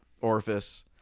orifice